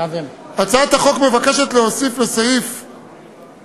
הצעת החוק מבקשת להוסיף לסעיף 2(4)